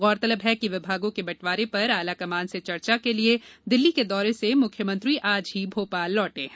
गौरतलब है कि विभागों के बंटवारे पर आलाकमान से चर्चा के लिए दिल्ली के दौरे से मुख्यमंत्री आज ही भोपाल लौटे हैं